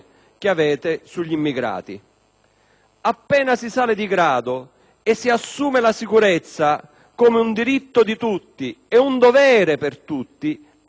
Appena si sale di grado e si assume la sicurezza come un diritto di tutti ma anche un dovere per tutti, anche per le fasce alte della società